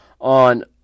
on